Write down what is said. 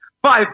Five